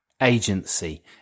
agency